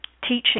teaching